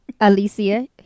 Alicia